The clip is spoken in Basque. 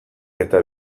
eta